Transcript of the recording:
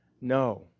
no